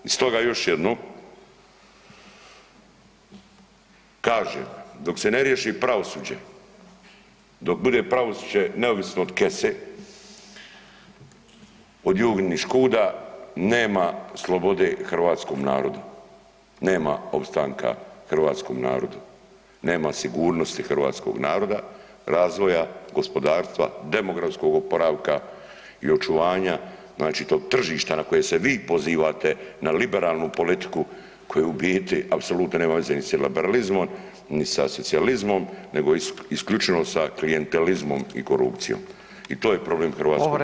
I stoga još jednom, kažem dok se riješi pravosuđe, dok bude pravosuđe neovisno od kese, od …/nerazumljivo/… nema slobode hrvatskom narodu, nema opstanka hrvatskom narodu, nema sigurnosti hrvatskog naroda, razvoja gospodarstva, demografskog oporavka i očuvanja znači tog tržišta na koje se vi pozivate na liberalnu politiku koju u biti apsolutno nema veze ni sa liberalizmom, ni sa socijalizmom nego isključivo sa klijentelizmom i korupcijom i to je problem hrvatskog društva.